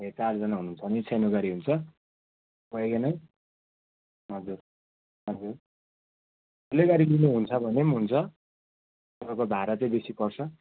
ए चारजना हुनुहुन्छ भने सानो गाडी हुन्छ वेगनर हजुर हजुर ठुलै गाडी लिनु हुन्छ भने पनि हुन्छ तपाईँको भाडा चाहिँ बेसी पर्छ